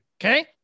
Okay